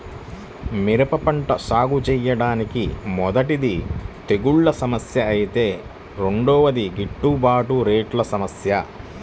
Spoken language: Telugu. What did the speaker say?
మిరప పంట సాగుచేయడానికి మొదటిది తెగుల్ల సమస్య ఐతే రెండోది గిట్టుబాటు రేట్ల సమస్య